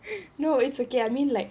no it's okay I mean like